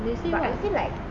they say